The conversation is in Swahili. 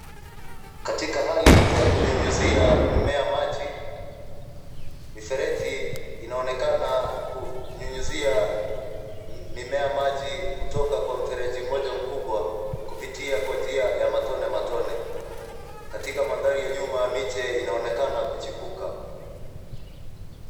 Katika hali hii ya kunyunyuzia mimea maji, mifereji inaonekana kunyunyizia mimea maji kutoka kwa mfereji mmoja mkubwa kupitia kwa njia ya matone matone. Katika mandhari ya nyuma miche inaonekana kuchipuka.